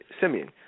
Simeon